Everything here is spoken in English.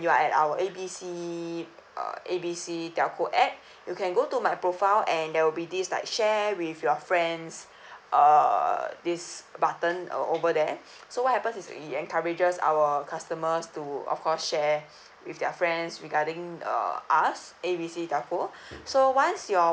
you are at our A B C uh A B C telco app you can go to my profile and there will be this like share with your friends uh this button uh over there so what happens is it encourages our customers to of course share with their friends regarding uh us A B C telco so once your